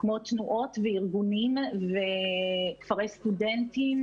כמו תנועות וארגונים וכפרי סטודנטים